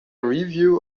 review